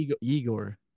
Igor